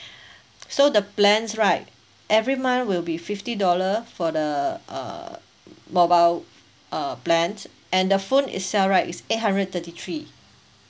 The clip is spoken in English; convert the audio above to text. so the plans right every month will be fifty dollar for the uh mobile uh plans and the phone itself right is eight hundred thirty three